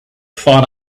thought